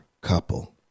couple